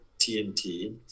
TNT